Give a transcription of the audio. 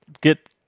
get